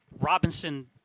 Robinson